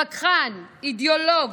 וכחן, אידיאולוג,